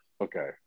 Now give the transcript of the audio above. Okay